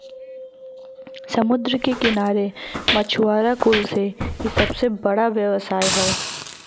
समुंदर के किनारे मछुआरा कुल से इ सबसे बड़ा व्यवसाय हौ